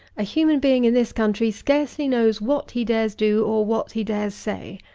a human being in this country scarcely knows what he dares do or what he dares say.